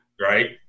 right